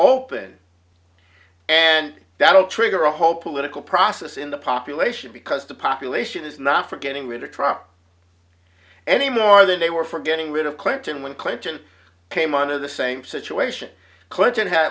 open and that will trigger a whole political process in the population because the population is not for getting rid of trump any more than they were for getting rid of clinton when clinton came under the same situation clinton had